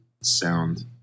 sound